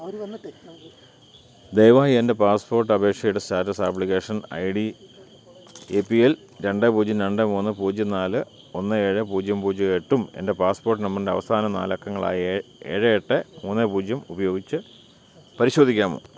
ദയവായി എൻ്റെ പാസ്പോർട്ട് അപേക്ഷയുടെ status application I D A P L രണ്ട് പൂജ്യം രണ്ട് മൂന്ന് പൂജ്യം നാല് ഒന്ന് ഏഴ് പൂജ്യം പൂജ്യം എട്ടും എൻ്റെ പാസ്പോർട്ട് നമ്പറിൻ്റെ അവസാന നാലക്കങ്ങളായ ഏഴ് എട്ട് മൂന്ന് പൂജ്യം ഉപയോഗിച്ച് പരിശോധിക്കാമോ